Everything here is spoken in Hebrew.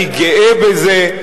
אני גאה בזה.